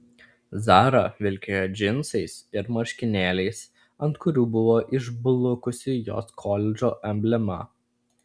zara vilkėjo džinsais ir marškinėliais ant kurių buvo išblukusi jos koledžo emblema